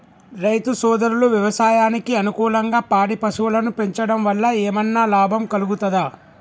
రైతు సోదరులు వ్యవసాయానికి అనుకూలంగా పాడి పశువులను పెంచడం వల్ల ఏమన్నా లాభం కలుగుతదా?